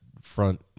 front